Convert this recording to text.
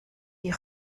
die